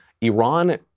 Iran